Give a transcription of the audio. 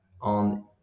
on